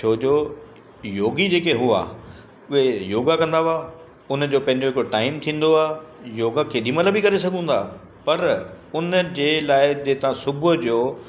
छोजो योगी जेके हुआ उहे योगा कंदा हुआ उन जो पंहिंजो हिकु टाइम थींदो आहे योगा केॾीमहिल बि करे सघूं था पर उन जे लाइ जीअं तव्हां सुबुह जो